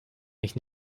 mich